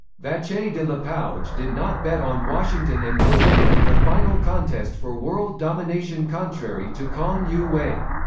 vacher de lapouge did not bet on washington and berlin in the final contest for world domination contrary to k'ang yu-wei.